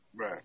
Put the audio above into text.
Right